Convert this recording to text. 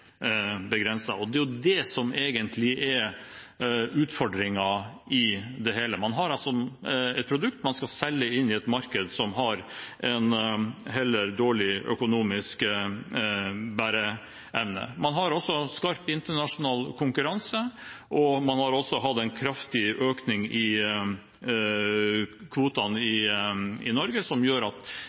Det er det som egentlig er utfordringen i det hele. Man har et produkt man skal selge inn i et marked som har en heller dårlig økonomisk bæreevne. Man har også skarp internasjonal konkurranse, og man har hatt en kraftig økning i kvotene i Norge, som gjør at